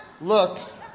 looks